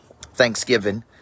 Thanksgiving